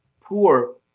poor